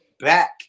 back